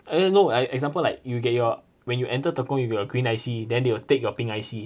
I no I example like you'll get your when you enter tekong you'll get your green I_C then they will take your pink I_C